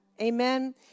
Amen